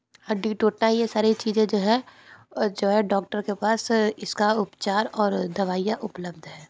हड्डी टूटना यह सारी चीज़ें जो हैं जो है डॉक्टर के पास इसका उपचार और दवाइयाँ उपलब्ध है